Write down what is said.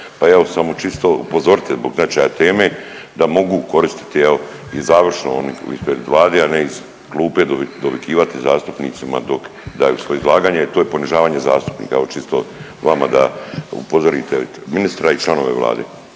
pa evo samo čisto upozorite zbog značaja teme da mogu koristiti evo i završno oni ispred Vlade, a ne iz klupe dovikivat zastupnicima dok daju svoje izlaganje, to je ponižavanje zastupnika. Evo čisto vama da upozorite ministra i članove Vlade.